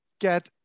get